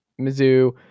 Mizzou